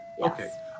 Okay